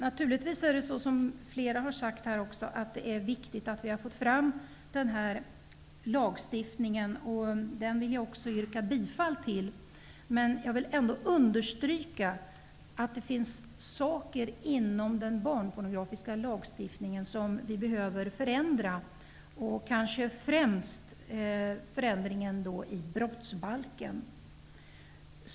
Naturligtvis är det, som flera har sagt, viktigt att vi har fått fram det här lagförslaget. Det vill jag också yrka bifall till, men jag vill understryka att det finns saker inom den barnpornografiska lagstiftningen som behöver förändras -- kanske behövs främst förändringen i brottsbalken.